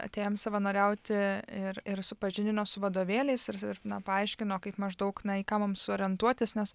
atėjom savanoriauti ir ir supažindino su vadovėliais ir ir na paaiškino kaip maždaug na į ką mums orientuotis nes